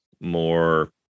more